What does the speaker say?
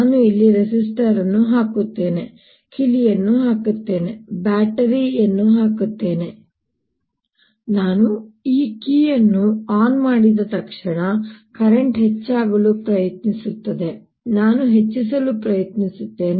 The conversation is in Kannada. ನಾನು ಇಲ್ಲಿ ರೆಸಿಸ್ಟರ್ ಅನ್ನು ಹಾಕುತ್ತೇನೆ ಕೀಲಿಯನ್ನು ಹಾಕುತ್ತೇನೆ ಬ್ಯಾಟರಿಯನ್ನು ಹಾಕುತ್ತೇನೆ ನಾನು ಈ ಕೀಲಿಯನ್ನು ಆನ್ ಮಾಡಿದ ತಕ್ಷಣ ಕರೆಂಟ್ ಹೆಚ್ಚಾಗಲು ಪ್ರಯತ್ನಿಸುತ್ತದೆ ನಾನು ಹೆಚ್ಚಿಸಲು ಪ್ರಯತ್ನಿಸುತ್ತೇನೆ